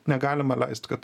negalima leist kad